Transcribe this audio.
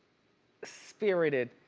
spirited.